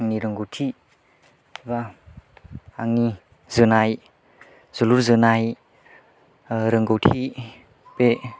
आंनि रोंगथि बा आंनि जोनाय जोलुर जोनाय रोंगथि बे